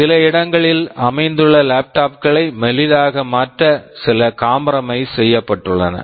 சில இடங்களில் அமைந்துள்ள லேப்டாப் laptop களை மெலிதாக மாற்ற சில காம்ப்ரமைஸ் compromise செய்யப்பட்டுள்ளன